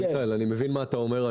אני מבין מה אתה אומר.